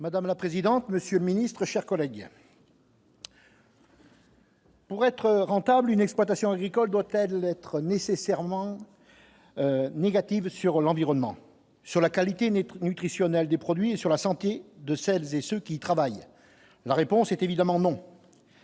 Madame la présidente, monsieur le ministre, chers collègues. Pour être rentable d'une exploitation agricole doit-elle être nécessairement négatives sur l'environnement, sur la qualité naître nutritionnelle des produits sur la santé de celles et ceux qui travaillent, la réponse est évidemment non.